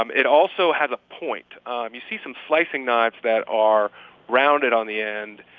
um it also has a point um you see some slicing knives that are rounded on the end.